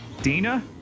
Dina